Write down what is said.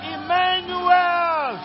Emmanuel